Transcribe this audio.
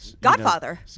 Godfather